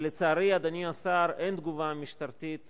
ולצערי, אדוני השר, אין תגובה משטרתית הולמת,